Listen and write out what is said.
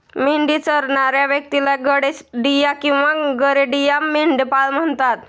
मेंढी चरणाऱ्या व्यक्तीला गडेडिया किंवा गरेडिया, मेंढपाळ म्हणतात